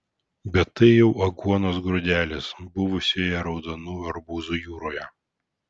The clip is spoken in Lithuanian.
bet tai jau aguonos grūdelis buvusioje raudonų arbūzų jūroje